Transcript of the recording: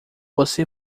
você